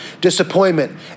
disappointment